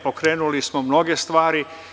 Pokrenuli smo mnoge stvari.